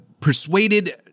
persuaded